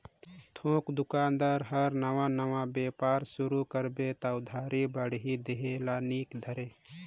थोक दोकानदार हर नावा नावा बेपार सुरू करबे त उधारी बाड़ही देह ल नी धरे